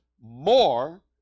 more